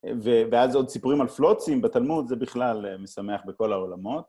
ואז עוד סיפורים על פלוצים בתלמוד, זה בכלל משמח בכל העולמות.